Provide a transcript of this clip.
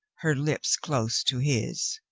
her lips close to his.